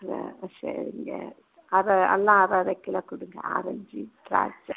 அப்படியா சரிங்க அதை எல்லாம் அரை அரை கிலோ கொடுங்க ஆரஞ்சு திராட்சை